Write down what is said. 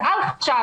אז אל חשש,